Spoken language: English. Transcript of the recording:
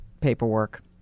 Paperwork